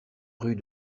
rue